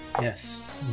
Yes